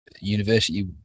university